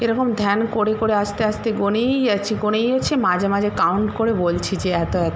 এরকম ধ্যান করে করে আস্তে আস্তে গুনেই যাচ্ছি গুনেই যাচ্ছি মাঝে মাঝে কাউন্ট করে বলছি যে এত এত